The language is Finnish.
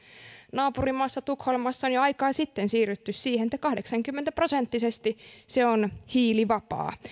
naapurimaassa on tukholmassa jo aikaa sitten siirrytty siihen että kahdeksankymmentä prosenttisesti se on hiilivapaa